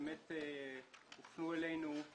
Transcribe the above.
באמת הופנו אלינו,